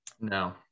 no